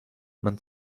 man